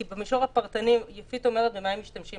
כי במישור הפרטני יפית אומרת במה הם משתמשים